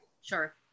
Sure